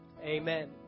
amen